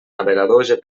navegador